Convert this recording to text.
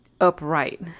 upright